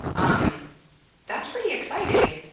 um that's pretty exciting.